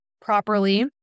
properly